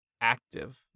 active